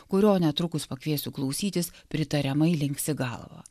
kurio netrukus pakviesiu klausytis pritariamai linksi galvą